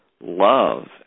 love